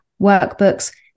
workbooks